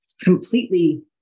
completely